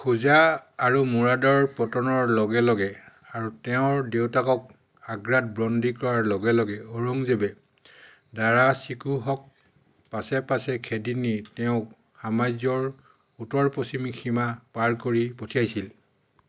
শুজা আৰু মুৰাদৰ পতনৰ লগে লগে আৰু তেওঁৰ দেউতাকক আগ্ৰাত বন্দী কৰাৰ লগে লগে ঔৰঙ্গজেবে দাৰা শিকোহক পাচে পাচে খেদি নি তেওঁক সাম্ৰাজ্যৰ উত্তৰ পশ্চিম সীমা পাৰ কৰি পঠিয়াইছিল